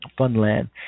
Funland